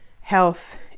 health